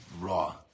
raw